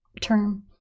term